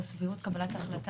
אבל בהחלט היינו